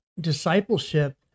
discipleship